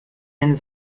den